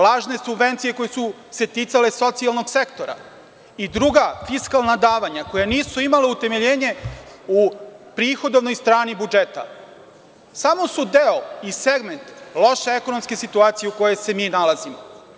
Lažne subvencije koje su se ticale socijalnog sektora i druga fiskalna davanja koja nisu imala utemeljenje u prihodovnoj strani budžeta, samo su deo i segment loše ekonomske situacije u kojoj se mi nalazimo.